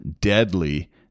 deadly